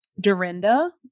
dorinda